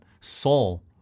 Saul